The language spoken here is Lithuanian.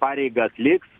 pareigą atliks